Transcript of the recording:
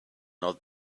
not